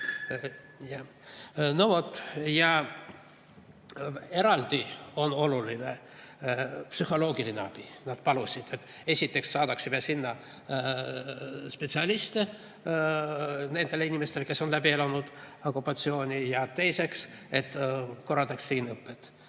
No vot. Eraldi on oluline psühholoogiline abi. Nad palusid, et ma esiteks saadaksime sinna spetsialiste abiks nendele inimestele, kes on läbi elanud okupatsiooni, ja teiseks, et korraldaks siin õpet.